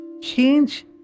change